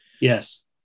Yes